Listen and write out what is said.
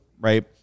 right